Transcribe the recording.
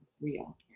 real